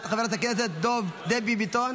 חברת הכנסת דבי ביטון,